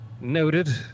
Noted